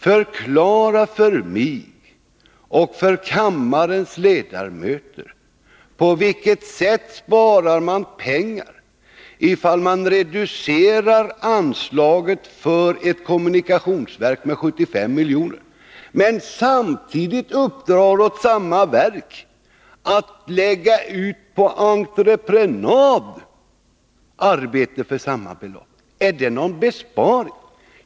Förklara för mig och för kammarens ledamöter på vilket sätt man sparar in pengar ifall man reducerar anslaget för ett kommunikationsverk med 75 milj.kr. och samtidigt uppdrar åt samma verk att lägga ut arbeten på entreprenad för samma belopp. Är det en besparing?